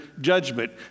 judgment